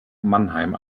mannheim